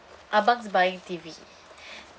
abang is buying T_V